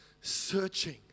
searching